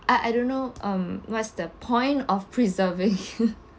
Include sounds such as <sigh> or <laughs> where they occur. I I don't know um what's the point of preserving <laughs>